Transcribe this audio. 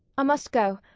i must go.